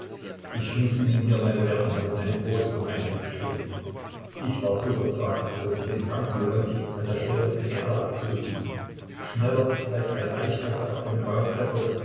ich muß ihnen hier meine werten herren eine große gemeinheit gestehen ich war so verzagt daß ich den kranken lewontij an der stelle an der er lag zurückließ schneller als eine eichkatze auf einen baum kletterte